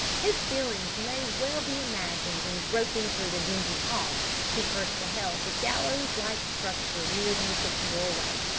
his feelings may well be imagined when groping through the dingy hall he first beheld the gallows-like structure reared in the kitchen doorway.